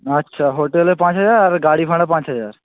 আচ্ছা হোটেলে পাঁচ হাজার আর গাড়িভাড়া পাঁচ হাজার